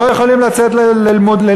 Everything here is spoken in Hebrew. לא יכולים לצאת ללימודים,